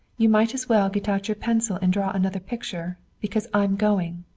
you might as well get out your pencil and draw another picture because i'm going.